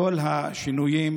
כל השינויים